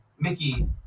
Mickey